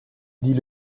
dit